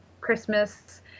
Christmas